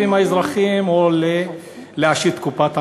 עם האזרחים או להעשיר את קופת המדינה?